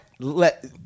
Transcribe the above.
Let